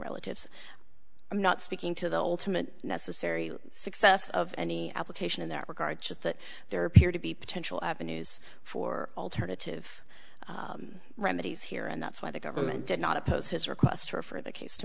relatives i'm not speaking to the ultimate necessary success of any application in that regard just that there appear to be potential avenues for alternative remedies here and that's why the government did not oppose his request for the case to